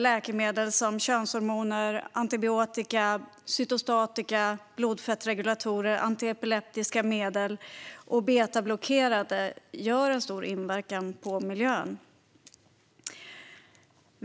Läkemedel som könshormoner, antibiotika, cytostatika, blodfettsregulatorer, antiepileptiska medel och betablockerare har en stor inverkan på miljön.